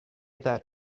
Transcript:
that